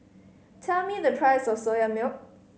tell me the price of Soya Milk